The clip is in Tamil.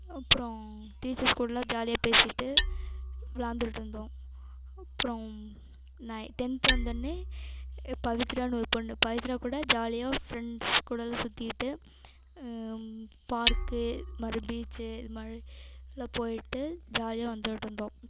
அப்றம் டீச்சர்ஸ் கூடலாம் ஜாலியாக பேசிகிட்டு விளாண்டுக்கிட்டுருந்தோம் அப்றம் நை டென்த்து வந்தோவுடன்னே ஏ பவித்ரான்னு ஒரு பொண்ணு பவித்ரா கூட ஜாலியாக ஃப்ரெண்ட்ஸ் கூடலாம் சுற்றிக்கிட்டு பார்க்கு மாரி பீச்சு இது மாதிரி லாம் போயிட்டு ஜாலியாக வந்துக்கிட்டுருந்தோம்